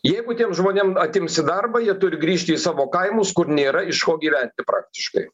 jeigu tiem žmonėm atimsi darbą jie turi grįžti į savo kaimus kur nėra iš ko gyventi praktiškai